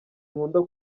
nkunda